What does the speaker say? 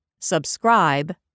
subscribe